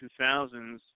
2000s